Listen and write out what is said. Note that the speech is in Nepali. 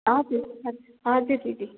हजुर हजुर हजुर दिदी